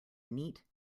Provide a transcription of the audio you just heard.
neat